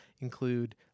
include